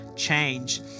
change